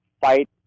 fight